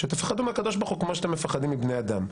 שתפחדו מהקדוש ברוך הוא כמו שאתם מפחדים מבני אדם.